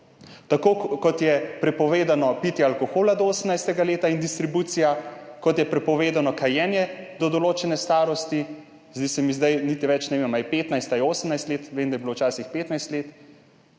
Tako kot je prepovedano pitje alkohola do 18. leta in distribucija, kot je prepovedano kajenje do določene starosti, zdaj niti ne vem več, ali je 15 ali je 18 let, vem, da je bilo včasih 15 let,